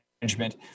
management